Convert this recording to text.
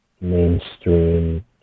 mainstream